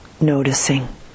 noticing